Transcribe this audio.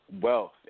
wealth